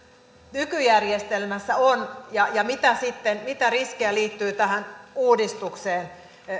nykyjärjestelmässä on ja ja mitä riskejä liittyy sitten tähän uudistukseen